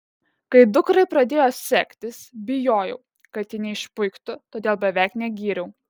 kai dukrai pradėjo sektis bijojau kad ji neišpuiktų todėl beveik negyriau